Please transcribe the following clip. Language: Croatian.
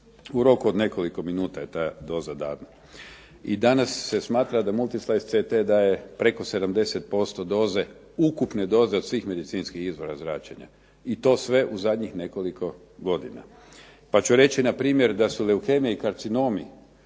U roku od nekoliko minuta je ta doza dana. I danas se smatra da Multislice CT daje preko 70% doze, ukupne doze od svih medicinskih izvora zračenja i to sve u zadnjih nekoliko godina. Pa ću reći npr. da su leukemija i karcinomi